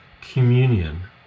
communion